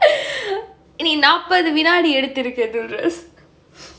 நீ நாப்பது வினாடி எடுத்துருக்கே:nee naapathu vinaadi edutthurukkae dulrus